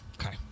Okay